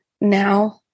now